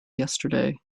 yesterday